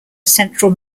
central